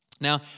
Now